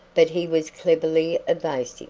but he was cleverly evasive.